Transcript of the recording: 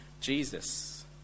Jesus